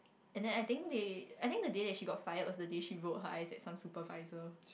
and then I think they I think the day that she got fire was the day she roll her eyes at supervisor